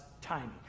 timing